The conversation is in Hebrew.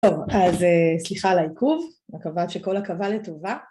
טוב, אז סליחה על העיכוב, מקווה שכל עכבה לטובה